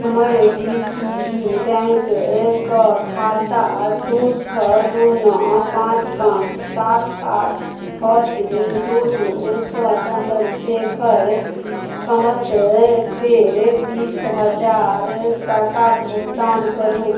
हमर D C B बैंकक खाता दू छओ दू नओ पाँच पाँच सात आठ छओ तीन दू दू सँ चन्द्रशेखर कमतिके बीस हजार टाकाक भुगतान करू